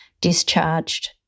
discharged